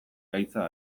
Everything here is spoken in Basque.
gaitza